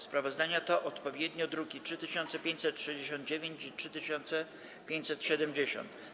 Sprawozdania to odpowiednio druki nr 3569 i 3570.